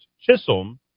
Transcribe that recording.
Chisholm